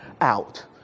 out